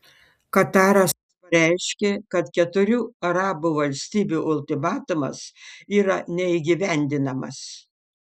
kataras pareiškė kad keturių arabų valstybių ultimatumas yra neįgyvendinamas